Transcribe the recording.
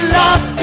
love